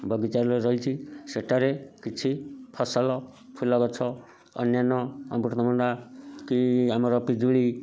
ବଗିଚା ରହିଛି ସେଠାରେ କିଛି ଫସଲ ଫୁଲ ଗଛ ଅନ୍ୟାନ୍ୟ ଅମୃତଭଣ୍ଡା କି ଆମର ପିଜୁଳି